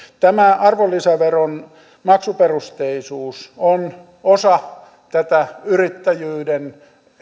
tämä arvonlisäveron maksuperusteisuus on osa tätä yrittäjyyden